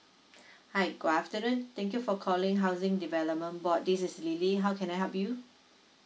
hi good afternoon thank you for calling housing development board this is lily how can I help you